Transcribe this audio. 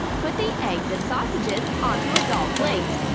put the eggs and sausages onto a doll plate.